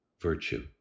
virtue